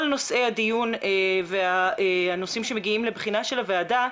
נושאי הדיון והנושאים שמגיעים לבחינה של הוועדה.